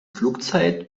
flugzeit